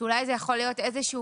אולי זה יכול להיות איזשהו